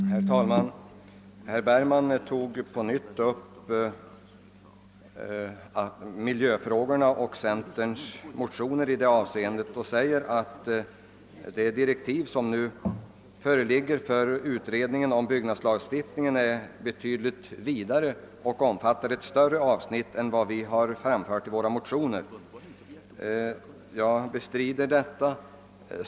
Herr talman! Herr Bergman tog på nytt upp miljöfrågorna i centerns motioner och säger att de direktiv som nu föreligger för utredningen om byggnadslagstiftningen är betydligt vidare och omfattar ett större avsnitt än vad vi har förordat i våra motioner. Jag bestrider detta.